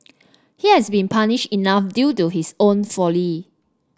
he has been punished enough due to his own folly